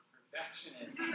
Perfectionist